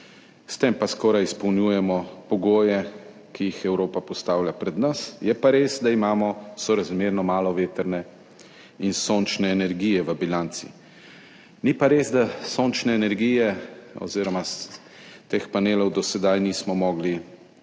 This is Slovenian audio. s tem pa skoraj izpolnjujemo pogoje, ki jih Evropa postavlja pred nas. Je pa res, da imamo sorazmerno malo vetrne in sončne energije v bilanci. Ni pa res, da sončne energije oziroma teh panelov do sedaj nismo mogli umeščati